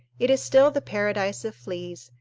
it is still the paradise of fleas,